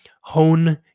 hone